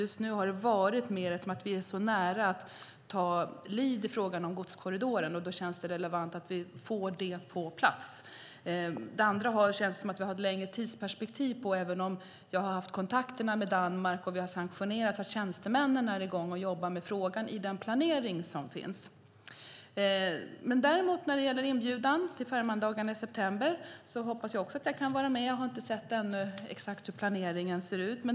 Just nu är vi nära att ta lead i fråga om godskorridoren, och då känns det relevant att få detta på plats. Det andra har vi haft ett längre tidsperspektiv på, även om jag har haft kontakter med Danmark och vi har sanktionerat att tjänstemännen är i gång och jobbar med frågan i den planering som finns. Jag hoppas att jag också kan vara med på Fehmarndagarna i september. Jag har ännu inte sett exakt hur planeringen ser ut.